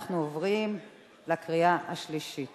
אנחנו עוברים לקריאה שלישית.